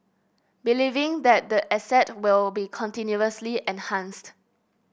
believing that the asset will be continuously enhanced